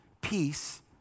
peace